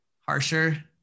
harsher